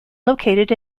located